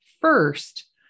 first